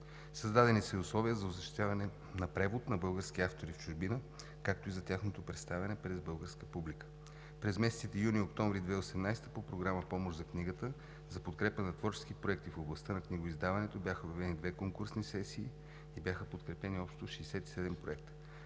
Създадени са и условия за осъществяване на превод на български автори в чужбина, както и за тяхното представяне пред българска публика. През месеците юни и октомври 2018 г. по Програма „Помощ за книгата“ за подкрепа на творчески проекти в областта на книгоиздаването бяха въведени две конкурсни сесии и бяха подкрепени общо 67 проекта.